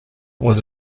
was